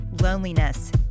loneliness